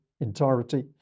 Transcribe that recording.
entirety